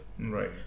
Right